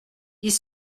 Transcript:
ils